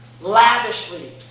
lavishly